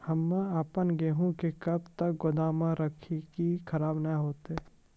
हम्मे आपन गेहूँ के कब तक गोदाम मे राखी कि खराब न हते?